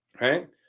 Right